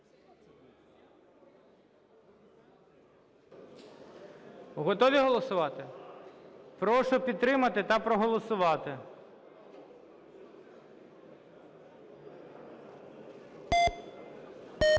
Готові голосувати? Прошу підтримати та проголосувати.